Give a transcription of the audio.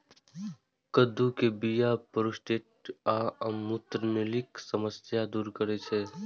कद्दू के बीया प्रोस्टेट आ मूत्रनलीक समस्या दूर करै छै